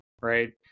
right